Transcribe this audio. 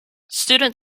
student